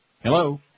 Hello